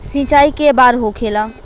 सिंचाई के बार होखेला?